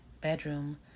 bedroom